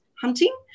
hunting